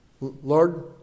Lord